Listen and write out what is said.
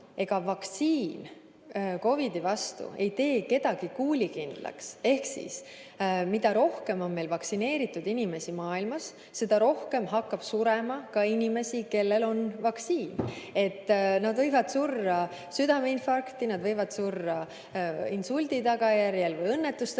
Ega vaktsiin COVID‑i vastu ei tee kedagi kuulikindlaks ehk mida rohkem on vaktsineeritud inimesi maailmas, seda rohkem hakkab surema ka inimesi, kes on saanud vaktsiini. Nad võivad surra südameinfarkti, nad võivad surra insuldi või õnnetuste